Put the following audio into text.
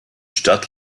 stadt